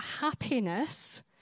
happiness